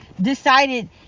decided